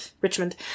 Richmond